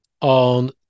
on